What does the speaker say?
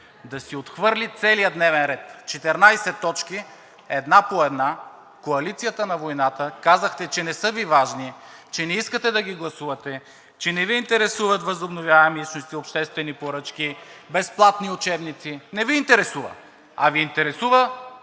да си отхвърли целия дневен ред – 14 точки една по една. Коалицията на войната, казахте че не са Ви важни, че не искате да ги гласувате, че не Ви интересуват възобновяеми източници, обществени поръчки, безплатни учебници. Не Ви интересуват?! А Ви интересува